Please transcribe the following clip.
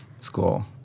school